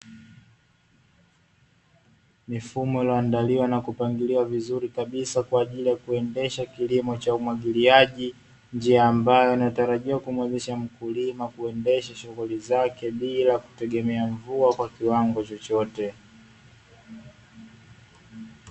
Mifumo iliyo andaliwa na kupangiliwa vizuri kabisa kwa ajili ya kuendesha kilimo cha umwagiliaji, njia ambayo inatarajia kumuwezesha mkulima kuendesha shughuli zake; bila kutegemea mvua kwa kiwango chochote.